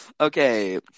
Okay